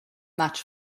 much